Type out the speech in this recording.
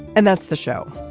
and that's the show.